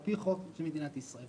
על פי חוק של מדינת ישראל.